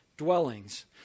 Dwellings